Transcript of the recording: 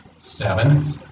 Seven